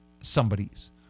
Somebody's